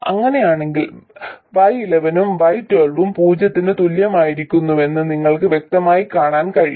അങ്ങനെയാണെങ്കിൽ y11 ഉം y12 ഉം പൂജ്യത്തിന് തുല്യമായിരിക്കുമെന്ന് നിങ്ങൾക്ക് വ്യക്തമായി കാണാൻ കഴിയും